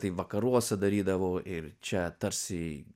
tai vakaruose darydavo ir čia tarsi